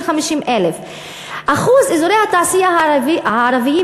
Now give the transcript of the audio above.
של 50,000. אחוז אזורי התעשייה הערביים